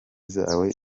zawe